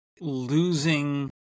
losing